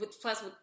Plus